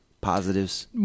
positives